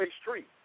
street